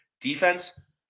Defense